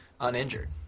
uninjured